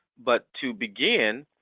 but to begin,